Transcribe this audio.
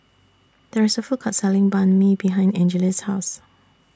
There IS A Food Court Selling Banh MI behind Angeles' House